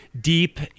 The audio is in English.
deep